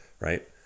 Right